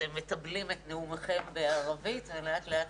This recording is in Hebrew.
אתם מתבלים את נאומיכם בערבית ולאט לאט